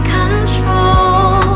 control